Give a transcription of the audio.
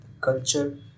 culture